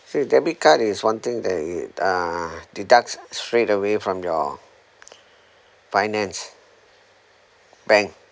same debit card is one thing that it uh deducts straight away from your finance bank